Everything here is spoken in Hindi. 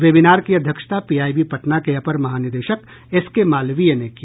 वेबिनार की अध्यक्षता पीआईबी पटना के अपर महानिदेशक एसकेमालवीय ने की